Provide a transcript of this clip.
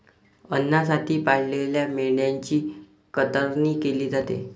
अन्नासाठी पाळलेल्या मेंढ्यांची कतरणी केली जाते